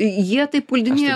jie taip puldinėja